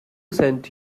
sent